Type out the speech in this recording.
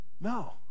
No